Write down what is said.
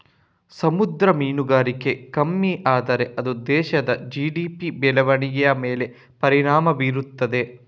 ಸಮುದ್ರ ಮೀನುಗಾರಿಕೆ ಕಮ್ಮಿ ಆದ್ರೆ ಅದು ದೇಶದ ಜಿ.ಡಿ.ಪಿ ಬೆಳವಣಿಗೆಯ ಮೇಲೆ ಪರಿಣಾಮ ಬೀರ್ತದೆ